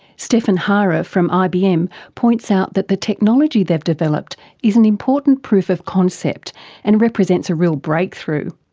stefan harrer from ibm points out that the technology they've developed is an important proof of concept and represents a real breakthrough,